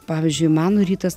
pavyzdžiui mano rytas